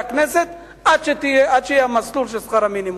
הכנסת עד שיהיה המסלול של שכר המינימום,